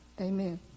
amen